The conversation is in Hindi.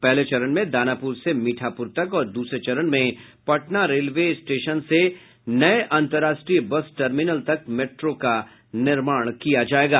पहले चरण में दानापुर से मीठापुर तक और दूसरे चरण में पटना रेलवे स्टेशन से नये अंतर्राष्ट्रीय बस टर्मिनल तक मेट्रो का निर्माण किया जायेगा